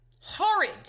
horrid